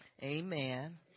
Amen